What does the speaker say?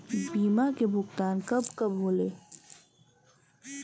बीमा के भुगतान कब कब होले?